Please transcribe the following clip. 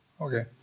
Okay